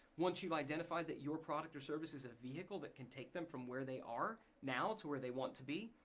once you've identified that your product or service is a vehicle that can take them from where they are now to where they want to be,